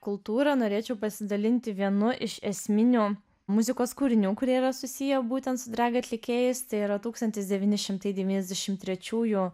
kultūrą norėčiau pasidalinti vienu iš esminių muzikos kūrinių kurie yra susiję būtent su drag atlikėjais tai yra tūkstantis devyni šimtai devyniasdešim trečiųjų